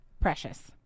precious